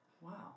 Wow